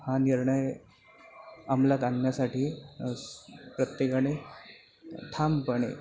हा निर्णय अमलात आणण्यासाठी स प्रत्येकाने ठामपणे